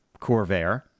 Corvair